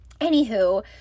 anywho